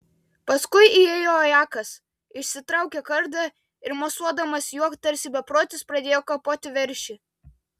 paskui įėjo ajakas išsitraukė kardą ir mosuodamas juo tarsi beprotis pradėjo kapoti veršį